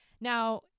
Now